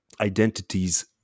identities